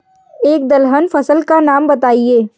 एक दलहन फसल का नाम बताइये